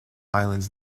islands